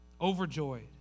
Overjoyed